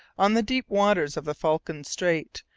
on the deep waters of the falkland strait,